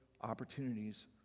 opportunities